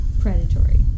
predatory